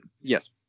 Yes